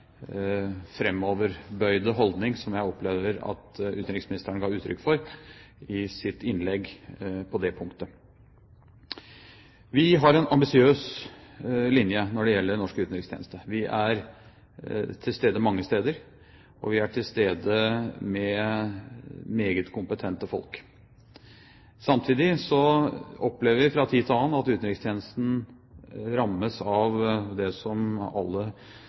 holdning som jeg opplever at utenriksministeren på det punktet ga uttrykk for i sitt innlegg. Vi har en ambisiøs linje når det gjelder norsk utenrikstjeneste. Vi er til stede mange steder, og vi er til stede med meget kompetente folk. Samtidig opplever vi fra tid til annen at utenrikstjenesten rammes av det som alle